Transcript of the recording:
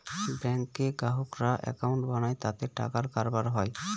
ব্যাঙ্কে গ্রাহকরা একাউন্ট বানায় তাতে টাকার কারবার হয়